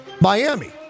Miami